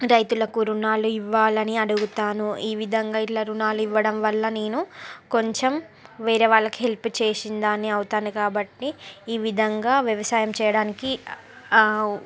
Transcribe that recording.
రైతులకు రుణాలు ఇవ్వాలని అడుగుతాను ఈ విధంగా ఇలా రుణాలు ఇవ్వడం వల్ల నేను కొంచెం వేరే వాళ్ళకి హెల్ప్ చేసిందాన్ని అవుతాను కాబట్టి ఈ విధంగా వ్యవసాయం చేయడానికి ఆ